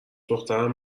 دخترم